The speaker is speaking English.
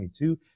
2022